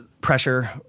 pressure